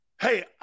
hey